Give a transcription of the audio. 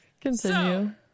Continue